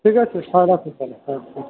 ঠিক আছে হ্যাঁ রাখুন তাহলে হ্যাঁ হ্যাঁ